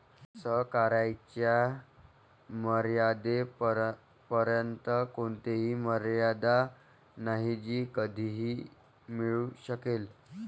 सहकार्याच्या मर्यादेपर्यंत कोणतीही मर्यादा नाही जी कधीही मिळू शकेल